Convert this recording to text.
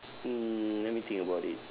mm let me think about it